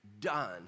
done